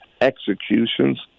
executions